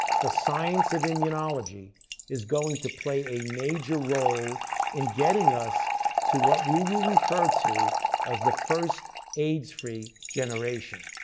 the science of immunology is going to play a major role in getting us to what we will refer to as the first aids-free generation.